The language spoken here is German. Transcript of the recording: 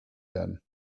werden